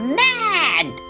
mad